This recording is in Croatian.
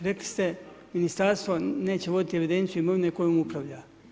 Rekli ste, ministarstvo neće voditi evidenciju imovine kojom upravlja.